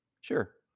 Sure